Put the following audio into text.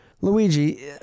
Luigi